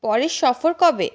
পরের সফর কবে